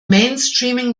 mainstreaming